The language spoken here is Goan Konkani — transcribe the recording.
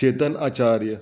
चेतन आचार्य